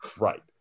Right